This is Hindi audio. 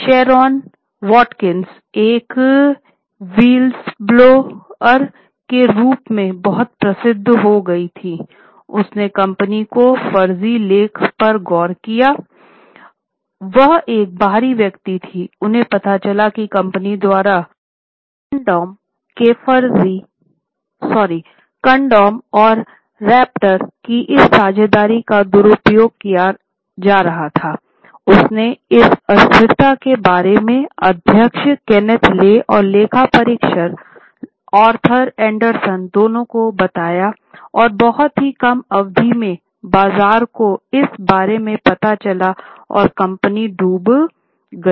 शेरोन वॉटकिंस और लेखा परीक्षक आर्थर एंडरसन दोनों को बताया और बहुत ही कम अवधि में बाजार को इस बारे में पता चला और कंपनी डूब गई